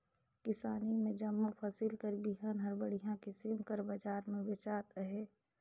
किसानी में जम्मो फसिल कर बीहन हर बड़िहा किसिम कर बजार में बेंचात अहे